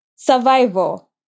survival